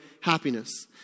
happiness